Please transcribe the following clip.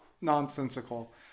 nonsensical